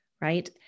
right